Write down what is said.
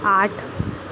आठ